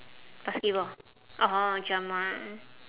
basketball orh drama